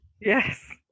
Yes